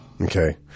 Okay